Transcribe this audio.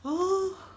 oh